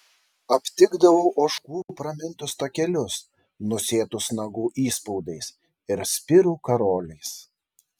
aptikdavau ožkų pramintus takelius nusėtus nagų įspaudais ir spirų karoliais